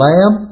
Lamb